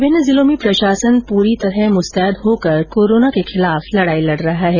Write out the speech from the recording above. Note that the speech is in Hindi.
विभिन्न जिलों में प्रशासन पूरी तरह मुस्तैद होकर कोरोना के खिलाफ लडाई लड रहा है